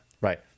Right